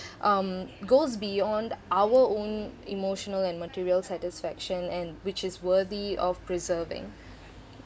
um goes beyond our own emotional and material satisfaction and which is worthy of preserving